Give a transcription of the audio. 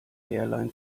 airline